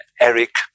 Eric